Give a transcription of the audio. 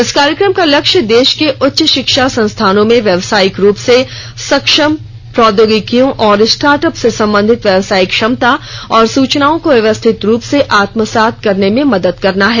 इस कार्यक्रम का लक्ष्य देश के उच्च शिक्षा संस्थानों में व्यावसायिक रूप से सक्षम प्रौद्योगिकियों और स्टार्टअप से संबंधित व्यावसायिक क्षमता और सूचनाओं को व्यवस्थित रूप से आत्मसात करने में मदद मदद करना है